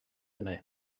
hynny